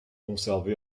conservé